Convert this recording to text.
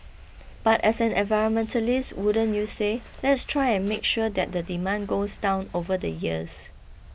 but as an environmentalist wouldn't you say let's try and make sure that the demand goes down over the years